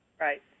Right